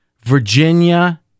Virginia